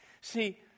See